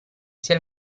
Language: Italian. sia